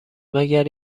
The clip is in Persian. مگر